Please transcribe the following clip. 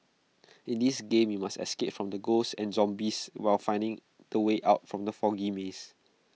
in this game you must escape from the ghosts and zombies while finding the way out from the foggy maze